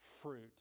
fruit